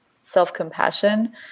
self-compassion